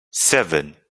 seven